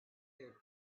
their